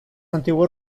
antiguos